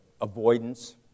avoidance